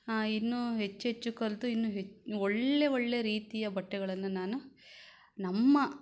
ಇನ್ನೂ ಹೆಚ್ಚೆಚ್ಚು ಕಲಿತು ಇನ್ನೂ ಹೆ ಒಳ್ಳೆಯ ಒಳ್ಳೆಯ ರೀತಿಯ ಬಟ್ಟೆಗಳನ್ನು ನಾನು ನಮ್ಮ